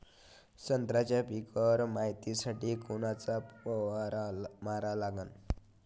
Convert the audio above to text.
संत्र्याच्या पिकावर मायतीसाठी कोनचा फवारा मारा लागन?